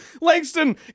Langston